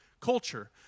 culture